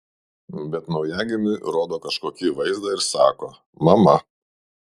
bet naujagimiui rodo kažkokį vaizdą ir sako mama